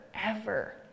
forever